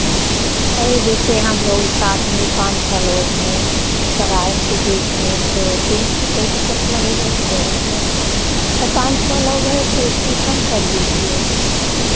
अरे जैसे हमलोग साथ में पाँच छः लोग हैं सब आएँगे देखने तो तीन सौ रुपये टिकट लगेगा तो बहुत महँगा पड़ेगा पाँच छः लोग हैं तो उसमें कम कर दीजिए ना